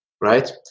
right